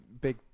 big